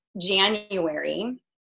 January